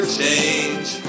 change